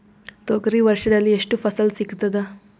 ತೊಗರಿ ವರ್ಷದಲ್ಲಿ ಎಷ್ಟು ಫಸಲ ಸಿಗತದ?